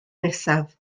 nesaf